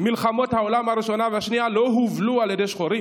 מלחמות העולם הראשונה והשנייה לא הובלו על ידי שחורים.